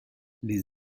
les